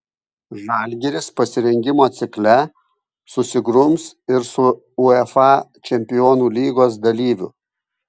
žalgiris pasirengimo cikle susigrums ir su uefa čempionų lygos dalyviu